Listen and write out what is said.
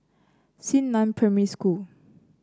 Xingnan Primary School